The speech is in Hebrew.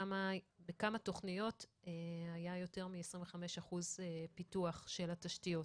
בכמה תכניות היה יותר מ-25% פיתוח של התשתיות